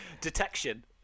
detection